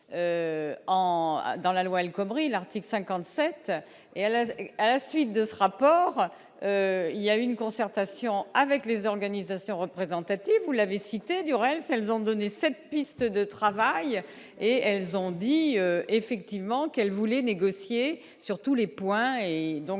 dans la loi El-Khomri l'article 57 et à la, à la suite de s'rapport il y a une concertation avec les organisations représentatives, vous l'avez cité Llorens elles vont donner 5 pistes de travail et elles ont dit effectivement qu'elle voulait négocier sur tous les points et donc